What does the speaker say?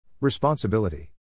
Responsibility